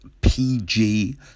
PG